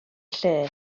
lle